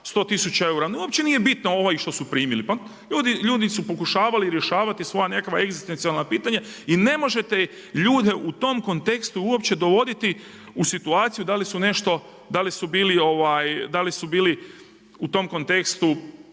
100 tisuća eura, uopće nije bitno što su primili, pa ljudi su pokušavali rješavati svoja nekakva egzistencijalna pitanja i ne možete ljude u tom kontekstu uopće dovoditi u situaciju da li su nešto, da li su bili u tom kontekstu